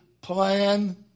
Plan